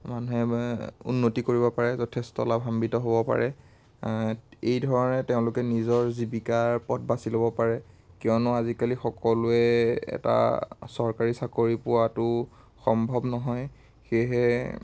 মানুহে এ উন্নতি কৰিব পাৰে যথেষ্ট লাভান্বিত হ'ব পাৰে এইধৰণে তেওঁলোকে নিজৰ জীৱিকাৰ পথ বাছি ল'ব পাৰে কিয়নো আজিকালি সকলোৱে এটা চৰকাৰী চাকৰি পোৱাটো সম্ভৱ নহয় সেয়েহে